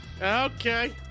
Okay